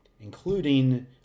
including